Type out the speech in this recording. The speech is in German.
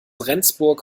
rendsburg